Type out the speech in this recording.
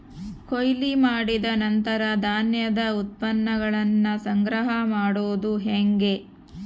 ಕೊಯ್ಲು ಮಾಡಿದ ನಂತರ ಧಾನ್ಯದ ಉತ್ಪನ್ನಗಳನ್ನ ಸಂಗ್ರಹ ಮಾಡೋದು ಹೆಂಗ?